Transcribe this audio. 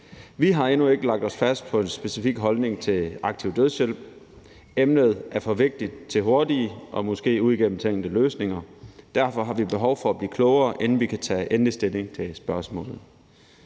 Vi har endnu ikke lagt os fast på en specifik holdning til aktiv dødshjælp. Emnet er for vigtigt til hurtige og måske uigennemtænkte løsninger. Derfor har vi behov for at blive klogere, inden vi kan tage endelig stilling til spørgsmålet.